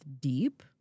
deep